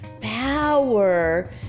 power